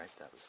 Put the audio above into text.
right